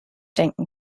denken